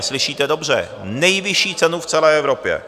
Slyšíte dobře, nejvyšší cenu v celé Evropě!